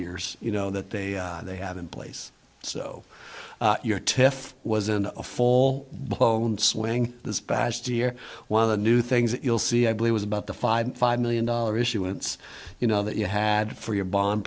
years you know that they they have in place so you're to if wasn't a full blown swing this past year one of the new things that you'll see i believe was about the five five million dollar issuance you know that you had for your bond